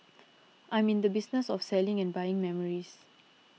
I'm in the business of selling and buying memories